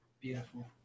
Beautiful